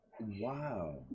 Wow